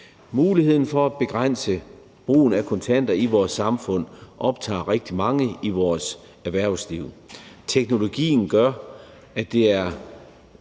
Muligheden for at begrænse brugen af kontanter i vores samfund optager rigtig mange i vores erhvervsliv, og teknologien gør, at der